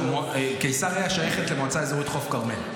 קיסריה שייכת למועצה אזורית חוף כרמל.